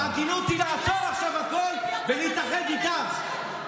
ההגינות היא לעצור עכשיו הכול ולהתאחד איתם.